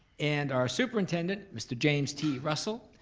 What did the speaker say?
and our superintendent, mr. james t. russell.